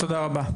תודה רבה.